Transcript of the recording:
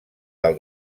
del